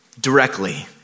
directly